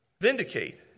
vindicate